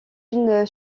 une